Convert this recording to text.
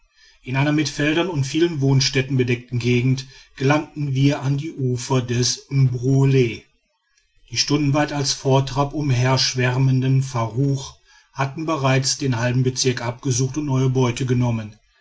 in einer mit feldern und vielen wohnstätten bedeckten gegend gelangten wir an die ufer des mbruole die stundenweit als vortrab umherschwärmenden faruch hatten bereits den halben bezirk abgesucht und neue beute gewonnen